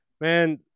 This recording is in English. Man